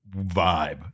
vibe